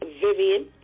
Vivian